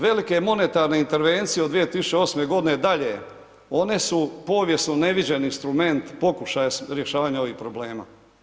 Velike monetarne intervencije od 2008. godine dalje, one su povijesno neviđeni instrument pokušaja rješavanja ovih problema.